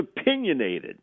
opinionated